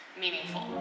meaningful